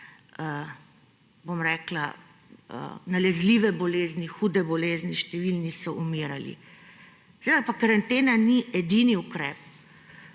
posamezne nalezljive bolezni, hude bolezni, številni so umirali. Seveda pa karantena ni edini ukrep.